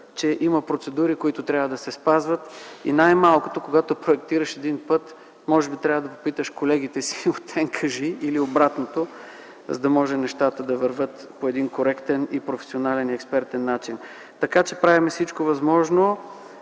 че има процедури, които трябва да се спазват. И най-малкото, когато проектираш един път, може би трябва да попиташ колегите си от НКЖИ или обратното, за да може нещата да вървят по един коректен, професионален и експертен начин. Така че правим всичко възможно.